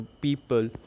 people